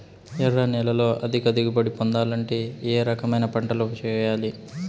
ఎర్ర నేలలో అధిక దిగుబడి పొందడానికి ఏ రకమైన పంటలు చేయాలి?